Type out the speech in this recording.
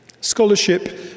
Scholarship